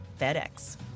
FedEx